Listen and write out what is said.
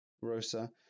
ROSA